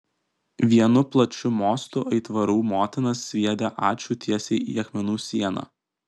vienu plačiu mostu aitvarų motina sviedė ačiū tiesiai į akmenų sieną